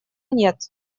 нет